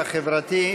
החברתי,